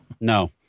No